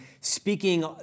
speaking